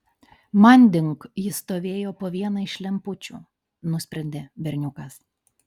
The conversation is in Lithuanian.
manding jis stovėjo po viena iš lempučių nusprendė berniukas